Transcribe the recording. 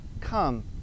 Come